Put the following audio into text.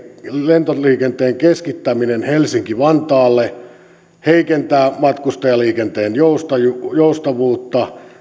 lentoliikenteen keskittäminen helsinki vantaalle heikentää matkustajaliikenteen joustavuutta